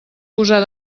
posar